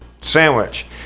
sandwich